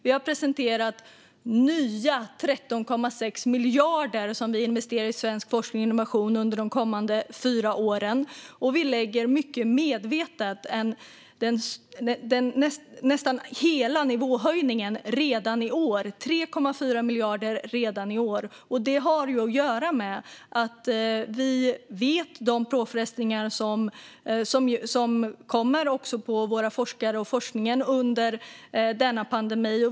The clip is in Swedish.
Vi har presenterat nya 13,6 miljarder som vi investerar i svensk forskning och innovation under de kommande fyra åren, och vi lägger mycket medvetet nästan hela nivåhöjningen redan i år - 3,4 miljarder. Det har att göra med att vi vet vilka påfrestningar som våra forskare och forskningen utsätts för under denna pandemi.